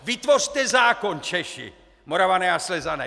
Vytvořte zákon, Češi, Moravané a Slezané.